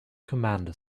commander